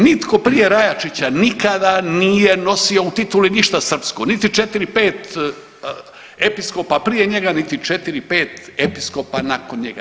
Nitko prije Rajačića nikada nije nosio ovu titulu i ništa srpsko niti 4, 5 episkopa prije njega niti 4, 5 episkopa nakon njega.